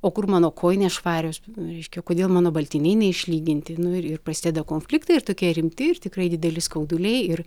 o kur mano kojinės švarios reiškia kodėl mano baltiniai neišlyginti nu ir ir prasideda konfliktai ir tokie rimti ir tikrai dideli skauduliai ir